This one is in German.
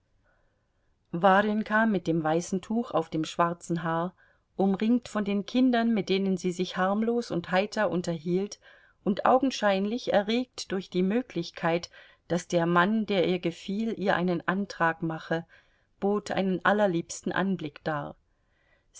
warjenka mit dem weißen tuch auf dem schwarzen haar umringt von den kindern mit denen sie sich harmlos und heiter unterhielt und augenscheinlich erregt durch die möglichkeit daß der mann der ihr gefiel ihr einen antrag mache bot einen allerliebsten anblick dar